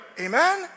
amen